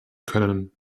können